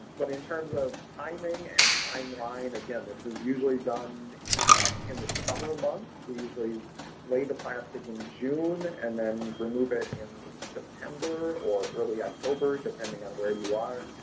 but in terms of timing and timeline, again, this is usually done in the summer months. we usually lay the plastic in june and then remove it in september or early october depending on where you are.